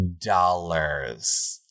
dollars